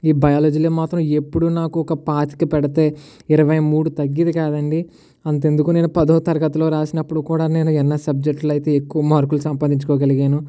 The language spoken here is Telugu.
ఈ బయాలజీలో మాత్రం ఎప్పుడూ నాకు ఒక పాతిక పెడితే ఇరవై మూడు తగ్గేది కాదు అండి అంతెందుకు నేను పదో తరగతిలో రాసినప్పుడు కూడా నేను ఎన్ఎస్ సబ్జెక్ట్లో అయితే ఎక్కువ మార్కులు సంపాదించుకోగలిగాను